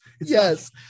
Yes